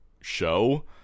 show